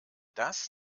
das